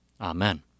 Amen